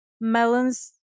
Melons